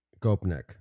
Gopnik